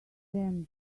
them